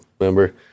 remember